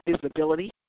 visibility